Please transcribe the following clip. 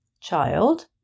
Child